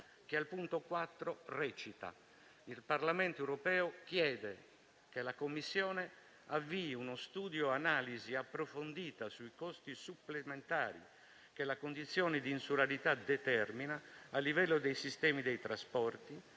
che, al punto 4, recita: Il Parlamento europeo «chiede che la Commissione avvii uno studio/un'analisi approfondita sui costi supplementari che la condizione di insularità determina a livello dei sistemi di trasporto